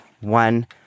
One